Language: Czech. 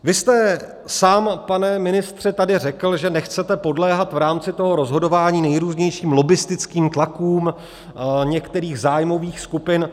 Vy jste sám, pane ministře, tady řekl, že nechcete podléhat v rámci toho rozhodování nejrůznějším lobbistickým tlakům některých zájmových skupin.